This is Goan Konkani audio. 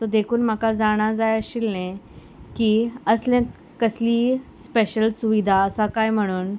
सो देखून म्हाका जाणा जाय आशिल्लें की असलें कसलीय स्पेशल सुविधा आसा काय म्हणून